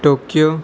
Tokyo